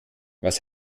was